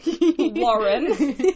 Warren